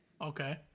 Okay